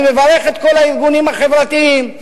אני מברך את כל הארגונים החברתיים,